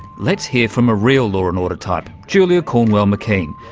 let's hear from a real law and order type, julia cornwell mckean,